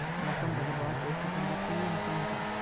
मौसम बदलाव से किसान लाक की नुकसान होचे?